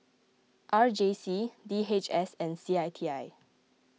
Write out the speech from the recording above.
R J C D H S and C I T I